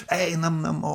einam namo